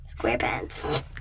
Squarepants